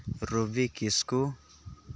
ᱨᱚᱵᱤ ᱠᱤᱥᱠᱩ